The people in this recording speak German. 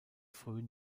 frühen